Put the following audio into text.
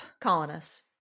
Colonists